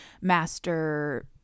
master